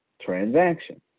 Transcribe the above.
transaction